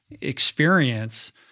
experience